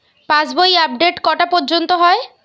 পাশ বই আপডেট কটা পর্যন্ত হয়?